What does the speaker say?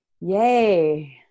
Yay